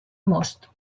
most